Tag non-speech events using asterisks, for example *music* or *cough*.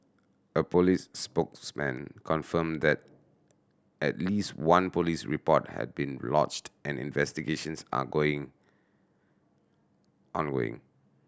a police spokesman confirmed that at least one police report had been *unintelligible* and investigations are going ongoing